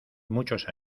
muchos